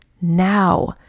now